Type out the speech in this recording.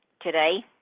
today